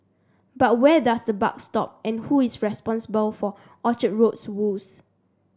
but where does the buck stop and who is responsible for Orchard Road's woes